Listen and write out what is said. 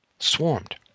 Swarmed